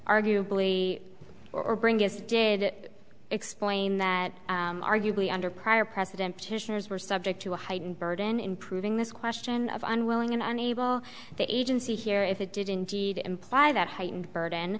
arguably or bring this did explain that arguably under prior president petitioners were subject to a heightened burden in proving this question of unwilling and unable the agency here if it did indeed imply that heightened burden